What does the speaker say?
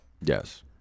Yes